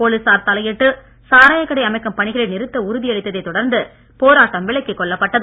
போலீசார் தலையிட்டு சாராயக்கடை அமைக்கும் பணிகளை நிறுத்த உறுதி அளித்ததைத் தொடர்ந்து போராட்டம் விலக்கிக் கொள்ளப்பட்டது